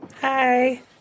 Hi